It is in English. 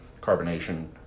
carbonation